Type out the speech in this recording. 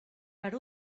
per